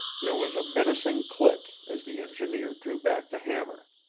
there was a menacing click as the engineer drew back the hammer.